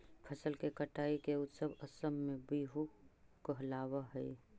फसल के कटाई के उत्सव असम में बीहू कहलावऽ हइ